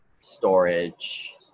storage